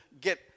get